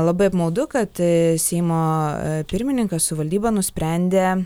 labai apmaudu kad seimo pirmininkas su valdyba nusprendė